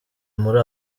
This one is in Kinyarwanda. muri